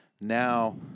now